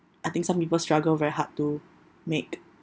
I think some people struggle very hard to make